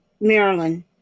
Maryland